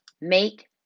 make